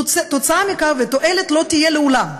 תוצאה מכך ותועלת לא יהיו לעולם,